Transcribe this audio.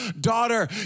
daughter